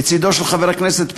לצדו של חבר הכנסת פרי.